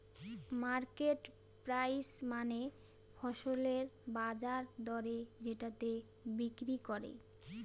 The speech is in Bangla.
মার্কেট প্রাইস মানে ফসলের বাজার দরে যেটাতে বিক্রি করে